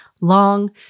long